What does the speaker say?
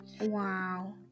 Wow